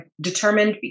determined